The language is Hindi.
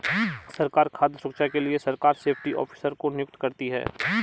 सरकार खाद्य सुरक्षा के लिए सरकार सेफ्टी ऑफिसर को नियुक्त करती है